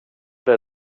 det